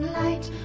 light